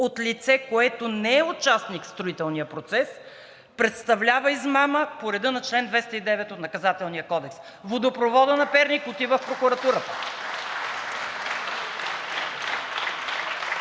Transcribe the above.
от лице, което не е участник в строителния процес, представлява измама по реда на чл. 209 от Наказателния кодекс. Водопроводът на Перник отива в прокуратурата!